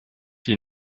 die